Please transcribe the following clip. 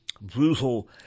Brutal